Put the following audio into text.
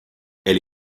elle